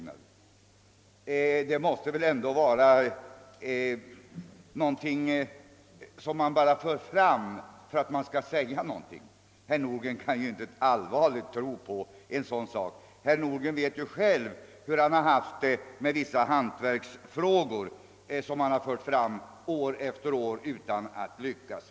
Det argumentet måste väl ändå vara något som man för fram bara för att man skall någonting säga; herr Nordgren kan ju inte allvarligt tro på en sådan sak. Herr Nordgren vet ju hur svårt han själv haft det när det gällt vissa hantverksfrågor som han år efter år motionerat om utan att lyckas.